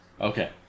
Okay